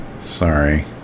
Sorry